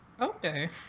Okay